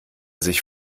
sich